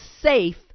safe